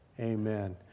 amen